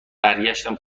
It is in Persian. برگشتم